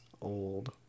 old